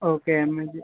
okay म्हणजे